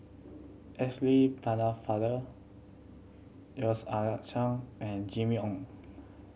Pennefather Yeo Ah Seng and Jimmy Ong